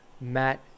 Matt